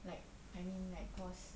like I mean like cause